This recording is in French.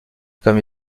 comme